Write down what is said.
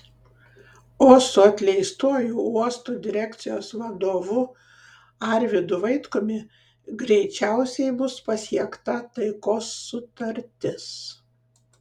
o su atleistuoju uosto direkcijos vadovu arvydu vaitkumi greičiausiai bus pasiekta taikos sutartis